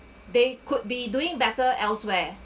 they could be doing better elsewhere